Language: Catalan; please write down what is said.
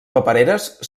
papereres